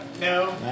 No